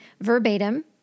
verbatim